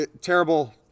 Terrible